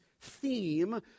theme